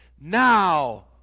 Now